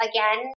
Again